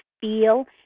feel